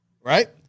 right